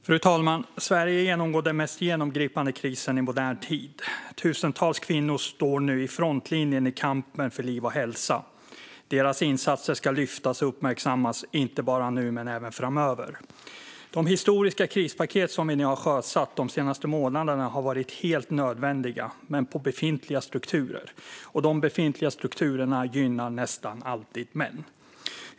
Fru talman! Sverige genomgår den mest genomgripande krisen i modern tid. Tusentals kvinnor står nu i frontlinjen för kampen för liv och hälsa. Deras insatser ska lyftas och uppmärksammas, inte bara nu utan även framöver. De historiskt stora krispaket som vi har sjösatt de senaste månaderna har varit helt nödvändiga, men på befintliga strukturer. Dessa befintliga strukturer gynnar nästan alltid män.